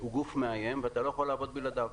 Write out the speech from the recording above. הוא גוף מאיים ואתה לא יכול לעבוד בלעדיו.